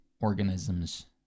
organisms